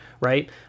right